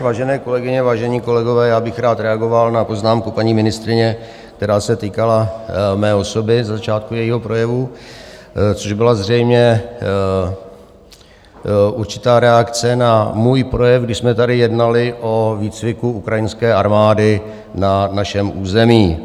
Vážené kolegyně, vážení kolegové, já bych rád reagoval na poznámku paní ministryně, která se týkala mé osoby, ze začátku jejího projevu, což byla zřejmě určitá reakce na můj projev, když jsme tady jednali o výcviku ukrajinské armády na našem území.